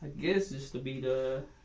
guess just to be the,